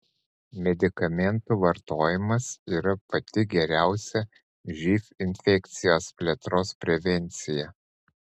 medikamentų vartojimas yra pati geriausia živ infekcijos plėtros prevencija